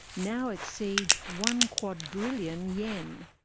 now exceeds one quadrillion yen.